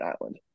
Island